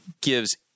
gives